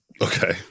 Okay